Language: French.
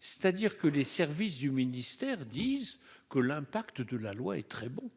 c'est-à-dire que les services du ministère disent que l'impact de la loi est très bon.